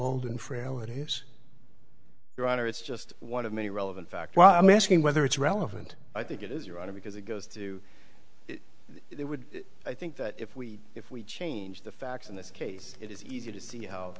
old and frail it is your honor it's just one of many relevant fact what i'm asking whether it's relevant i think it is your honor because it goes to there would i think that if we if we change the facts in this case it is easy to see how